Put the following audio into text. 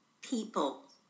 people